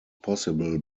possible